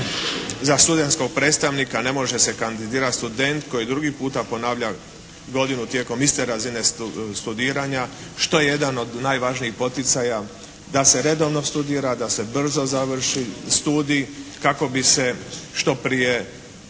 za studenskog predstavnika ne može se kandidirati student koji drugi puta ponavlja godinu tijekom iste razine studiranja, što je jedan od najvažnijih poticaja da se redovno studira, da se brzo završi studij kako bi se što prije